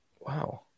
Wow